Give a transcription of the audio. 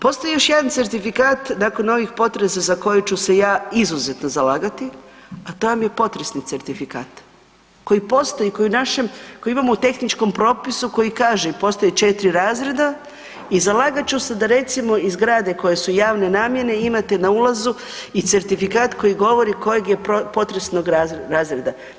Postoji još jedan certifikat nakon ovih potresa za koje ću se ja izuzetno zalagati, a to vam je potresni certifikat koji postoji, koji je u našem koje imamo u tehničkom propisu i koji kaže i postoje 4 razreda i zalagat ću se da recimo i zgrade koje su javne namjene imate na ulazu i certifikat koji govori kojeg je potresnog razreda.